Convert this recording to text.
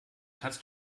kannst